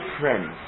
friends